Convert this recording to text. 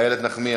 איילת נחמיאס,